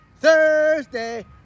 Thursday